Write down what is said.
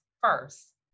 first